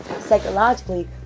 psychologically